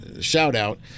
shout-out